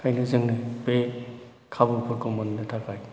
बेनिखायनो जोंनो बे खाबुफोरखौ मोननो थाखाय